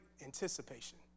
anticipation